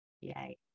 Yay